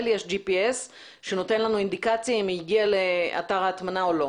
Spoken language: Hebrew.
יש GPS שנותן לנו אינדיקציה אם הוא הגיע לאתר ההטמנה או לא?